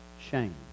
shame